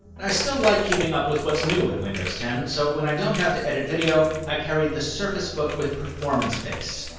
i still like keeping up with what's new in windows ten, so when i don't have to edit video, i carry the surface book with performance base.